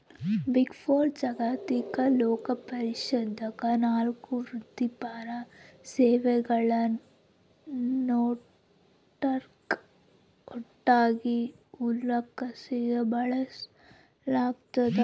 big four ಜಾಗತಿಕ ಲೆಕ್ಕಪರಿಶೋಧಕ ನಾಲ್ಕು ವೃತ್ತಿಪರ ಸೇವೆಗಳ ನೆಟ್ವರ್ಕ್ ಒಟ್ಟಾಗಿ ಉಲ್ಲೇಖಿಸಲು ಬಳಸಲಾಗ್ತದ